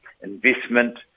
investment